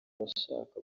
abashaka